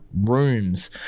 rooms